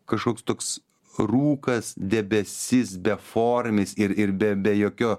kažkoks toks rūkas debesis beformis ir ir be be jokio